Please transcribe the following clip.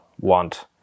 want